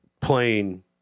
playing